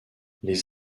les